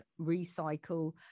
recycle